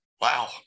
Wow